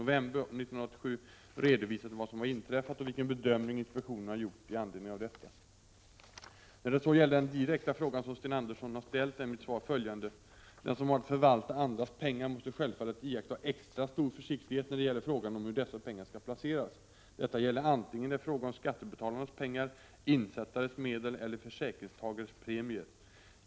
1987/88:33 november 1987 redovisat vad som har inträffat och vilken bedömning 27november 1987 inspektionen har gjort i anledning av detta. När det så gäller den direkta fråga som Sten Andersson har ställt är mitt svar följande: Den som har att förvalta andras pengar måste självfallet iaktta extra stor försiktighet när det gäller frågan om hur dessa pengar skall placeras. Detta gäller vare sig det är fråga om skattebetalarnas pengar, insättarens medel eller försäkringstagarens premier.